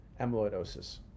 amyloidosis